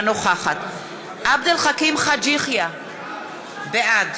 אינה נוכחת עבד אל חכים חאג' יחיא, בעד